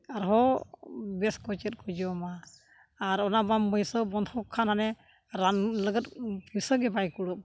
ᱟᱨᱦᱚᱸ ᱵᱮᱥ ᱠᱚ ᱪᱮᱫ ᱠᱚ ᱡᱚᱢᱟ ᱟᱨ ᱚᱱᱟ ᱵᱟᱢ ᱵᱟᱹᱭᱥᱟᱹᱣ ᱵᱚᱱᱫᱷᱚᱠ ᱠᱷᱟᱱᱮ ᱨᱟᱱ ᱞᱟᱜᱤᱫ ᱵᱟᱹᱭᱥᱟᱹ ᱜᱮ ᱵᱟᱭ ᱠᱩᱲᱩᱜ ᱢᱟ